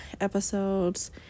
episodes